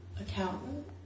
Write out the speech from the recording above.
accountant